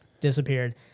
disappeared